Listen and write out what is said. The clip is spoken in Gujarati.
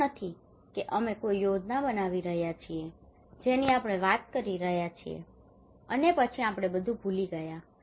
એવું નથી કે અમે કોઈ યોજના બનાવી રહ્યા છીએ જેની આપણે વાત કરી રહ્યા છીએ અને પછી આપણે બધું ભૂલી ગયા